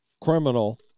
criminal